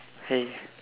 hey